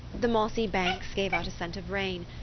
the mossy banks gave out a scent of rain,